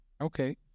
Okay